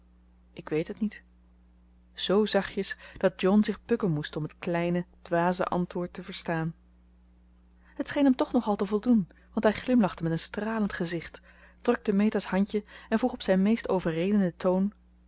ik weet het niet zoo zachtjes dat john zich bukken moest om het kleine dwaze antwoord te verstaan het scheen hem toch nogal te voldoen want hij glimlachte met een stralend gezicht drukte meta's handje en vroeg op zijn meest overredenden toon